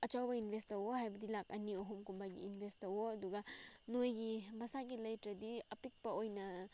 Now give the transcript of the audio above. ꯑꯆꯧꯕ ꯏꯟꯚꯦꯁ ꯇꯧꯑꯣ ꯍꯥꯏꯕꯗꯤ ꯂꯥꯈ ꯑꯅꯤ ꯑꯍꯨꯝꯒꯨꯝꯕꯒꯤ ꯏꯟꯚꯦꯁ ꯇꯧꯑꯣ ꯑꯗꯨꯒ ꯅꯣꯏꯒꯤ ꯃꯁꯥꯒꯤ ꯂꯩꯇ꯭ꯔꯗꯤ ꯑꯄꯤꯛꯄ ꯑꯣꯏꯅ